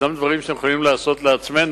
ישנם דברים שאנחנו יכולים לעשות לעצמנו.